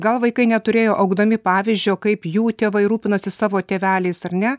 gal vaikai neturėjo augdami pavyzdžio kaip jų tėvai rūpinasi savo tėveliais ar ne